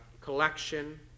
collection